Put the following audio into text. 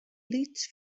lyts